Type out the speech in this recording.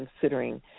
considering